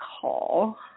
call